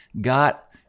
got –